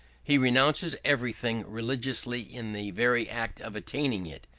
he renounces everything religiously in the very act of attaining it,